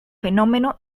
fenómeno